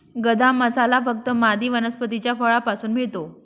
गदा मसाला फक्त मादी वनस्पतीच्या फळापासून मिळतो